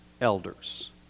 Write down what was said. elders